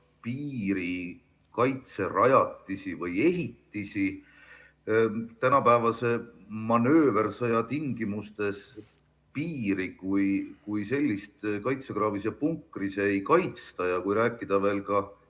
piirikaitserajatisi või ‑ehitisi. Tänapäevase manööversõja tingimustes piiri kui sellist kaitsekraavis ja punkris ei kaitsta ja kui rääkida veel ka